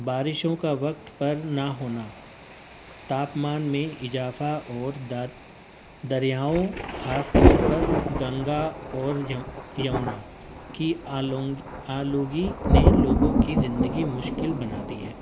بارشوں کا وقت پر نہ ہونا تاپمان میں اضافہ اور در دریاؤں خاص طور پر گنگا اور یمنا کی آلودگی نے لوگوں کی زندگی مشکل بنا دی ہے